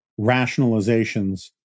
rationalizations